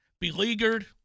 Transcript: beleaguered